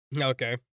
okay